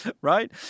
right